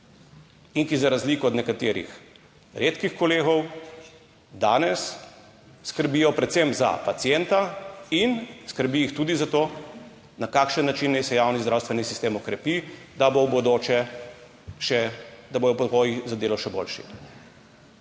in ki za razliko od nekaterih redkih kolegov danes skrbijo predvsem za pacienta in skrbi jih tudi za to, na kakšen način naj se javni zdravstveni sistem okrepi, da bo v bodoče še, da bodo